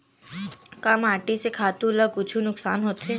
का माटी से खातु ला कुछु नुकसान होथे?